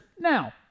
Now